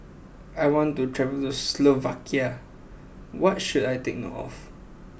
I want to travel to Slovakia what should I take note of